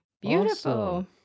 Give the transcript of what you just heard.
Beautiful